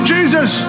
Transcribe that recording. Jesus